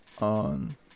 on